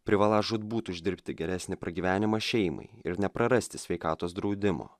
privaląs žūtbūt uždirbti geresnį pragyvenimą šeimai ir neprarasti sveikatos draudimo